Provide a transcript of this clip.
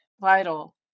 vital